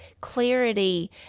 clarity